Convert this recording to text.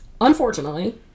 Unfortunately